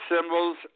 symbols